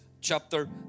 chapter